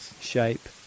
shape